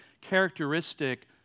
characteristic